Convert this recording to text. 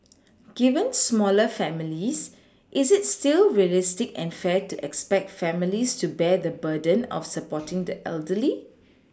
given smaller families is it still realistic and fair to expect families to bear the burden of supporting the elderly